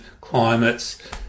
climates